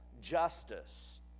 justice